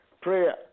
Prayer